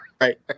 right